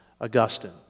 Augustine